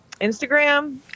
instagram